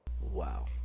Wow